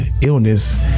illness